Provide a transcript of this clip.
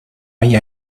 hay